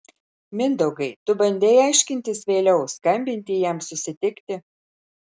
mindaugai tu bandei aiškintis vėliau skambinti jam susitikti